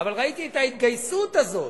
אבל ראיתי את ההתגייסות הזאת.